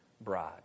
bride